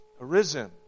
arisen